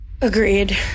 agreed